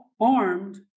armed